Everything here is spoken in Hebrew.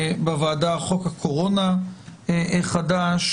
בוועדה חוק הקורונה החדש,